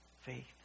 faith